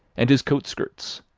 and his coat-skirts,